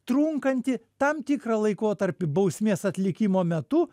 trunkanti tam tikrą laikotarpį bausmės atlikimo metu